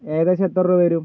ഏകദേശം എത്ര രൂപ വരും